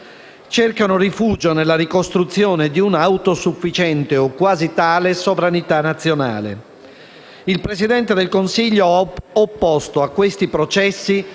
cercano rifugio nella ricostruzione di un'autosufficiente (o quasi tale) sovranità nazionale. Il Presidente del Consiglio ha opposto a questi processi